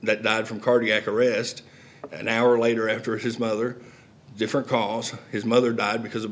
that died from cardiac arrest an hour later after his mother different cause his mother died because of